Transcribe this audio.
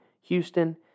Houston